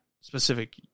specific